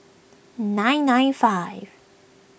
nine nine five